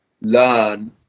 learn